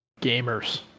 Gamers